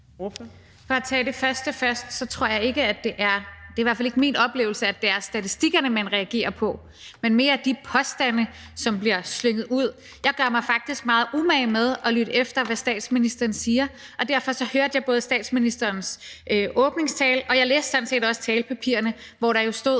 For at tage det første først, så er det ikke min oplevelse, at det er statistikkerne, man reagerer på, men mere de påstande,, som bliver slynget ud. Jeg gør mig faktisk meget umage med at lytte efter, hvad statsministeren siger, og derfor hørte jeg både statsministerens åbningstale og læste sådan set også talepapirerne, hvor der jo stod